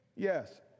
Yes